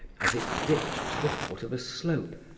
as it dipped to the foot of a slope,